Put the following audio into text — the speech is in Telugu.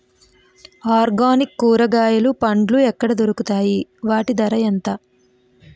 ఆర్గనిక్ కూరగాయలు పండ్లు ఎక్కడ దొరుకుతాయి? వాటి ధర ఎంత?